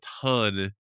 ton